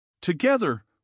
Together